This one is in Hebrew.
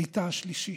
ביתה השלישי.